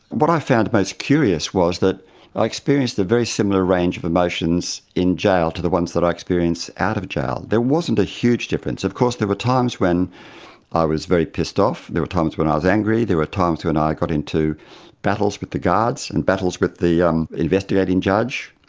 what i found most curious was that i experienced a very similar range of emotions in jail to the ones that i experience out of jail. there wasn't a huge difference. of course there were times when i was very pissed off, there were times when i was angry, there were times when and i got into battles with the guards and battles with the um investigating judge.